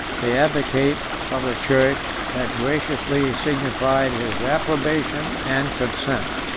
the advocate of the church, had graciously signified his approbation and consent.